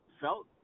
felt